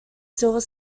silver